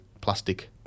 plastic